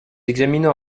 examinons